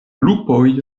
lupoj